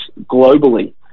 globally